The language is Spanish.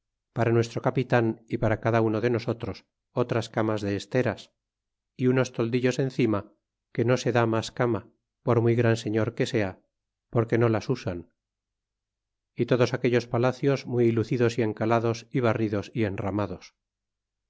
para nuestro capitan y para cada uno de nosotros otras camas de esteras y unos toldillos encima que no se da mas cama por muy gran señor que sea porque no las usan y todos aquellos palacios muy lucidos y encalados y barridos y enramados